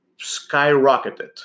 skyrocketed